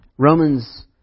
Romans